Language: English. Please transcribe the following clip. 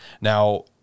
Now